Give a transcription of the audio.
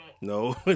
No